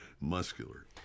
muscular